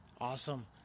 Awesome